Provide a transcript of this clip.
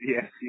Yes